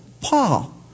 Paul